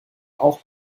auch